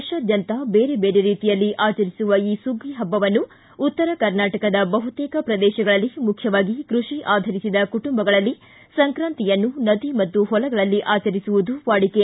ದೇಶಾದ್ಯಂತ ಬೇರೆ ಬೇರೆ ರೀತಿಯಲ್ಲಿ ಆಚರಿಸುವ ಈ ಸುಗ್ಗಿ ಹಬ್ಬವನ್ನು ಉತ್ತರ ಕರ್ನಾಟಕದ ಬಹುತೇಕ ಪ್ರದೇಶಗಳಲ್ಲಿ ಮುಖ್ಯವಾಗಿ ಕೃಷಿ ಆಧರಿಸಿದ ಕುಟುಂಬಗಳಲ್ಲಿ ಸಂಕಾತಿಯನ್ನು ನದಿ ಮತ್ತು ಹೊಲಗಳಲ್ಲಿ ಆಚರಿಸುವುದು ವಾಡಿಕೆ